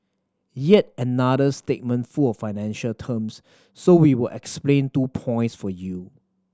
yet another statement full of financial terms so we will explain two points for you